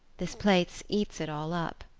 this place eats it all up.